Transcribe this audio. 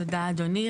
תודה אדוני.